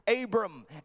Abram